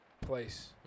place